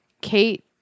kate